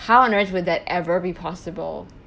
how on earth would that ever be possible